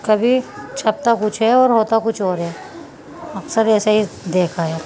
کبھی چھپتا کچھ ہے اور ہوتا کچھ اور رہ ہے اکثر ایسا ہی دیکھا ہے